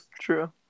true